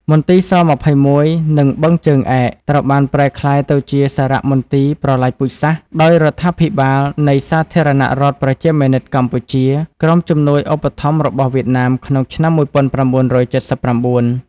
មន្ទីរ ស-២១ និង បឹងជើងឯក ត្រូវបានប្រែក្លាយទៅជាសារមន្ទីរប្រល័យពូជសាសន៍ដោយរដ្ឋាភិបាលនៃ សាធារណរដ្ឋប្រជាមានិតកម្ពុជា ក្រោមជំនួយឧបត្ថម្ភរបស់វៀតណាមក្នុងឆ្នាំ១៩៧៩ ។